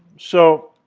so